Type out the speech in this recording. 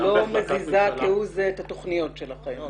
היא לא מזיזה כהוא זה את התוכניות שלכם.